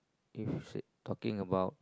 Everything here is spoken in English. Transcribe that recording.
if she talking about